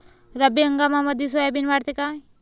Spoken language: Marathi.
रब्बी हंगामामंदी सोयाबीन वाढते काय?